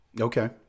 Okay